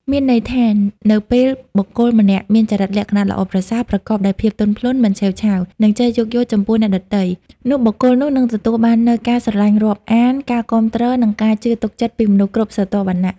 មានន័យថា នៅពេលបុគ្គលម្នាក់មានចរិតលក្ខណៈល្អប្រសើរ ប្រកបដោយភាពទន់ភ្លន់ មិនឆេវឆាវ និងចេះយោគយល់ចំពោះអ្នកដទៃ នោះបុគ្គលនោះនឹងទទួលបាននូវការស្រឡាញ់រាប់អាន ការគាំទ្រ និងការជឿទុកចិត្តពីមនុស្សគ្រប់ស្រទាប់វណ្ណៈ។